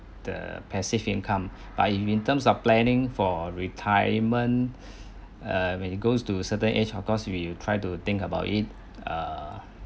the passive income but in terms of planning for retirement err when it goes to certain age of course we will try to think about it err